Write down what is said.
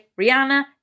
Rihanna